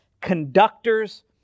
conductors